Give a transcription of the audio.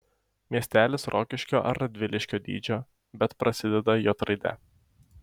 miestelis rokiškio ar radviliškio dydžio bet prasideda j raide